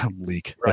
leak